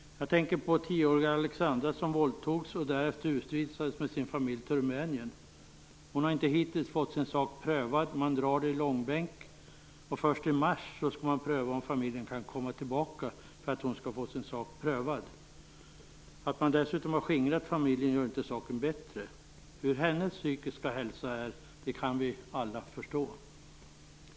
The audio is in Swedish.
Jag tänker på tioåriga Alexandra som våldtogs och därefter utvisades med sin familj till Rumänien. Hon har inte hittills fått sin sak prövad, utan man drar det i långbänk. Först i mars skall man pröva om familjen kan komma tillbaka för att hon skall få sin sak prövad. Att man dessutom har skingrat familjen gör inte saken bättre. Hur hennes psykiska hälsa är kan vi alla förstå.